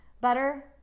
butter